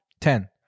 ten